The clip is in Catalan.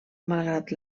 malgrat